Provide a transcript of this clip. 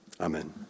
Amen